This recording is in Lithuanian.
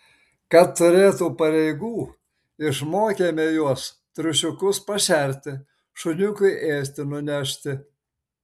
kad turėtų pareigų išmokėme juos triušiukus pašerti šuniukui ėsti nunešti